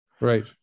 Right